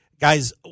guys